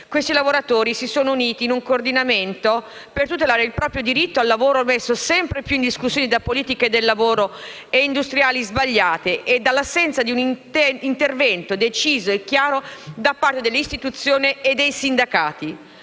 Questi lavoratori si sono uniti in un Coordinamento per tutelare il proprio diritto al lavoro, messo sempre più in discussione da politiche del lavoro e industriali sbagliate e dall'assenza di un intervento deciso e chiaro da parte delle istituzioni e dei sindacati.